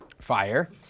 fire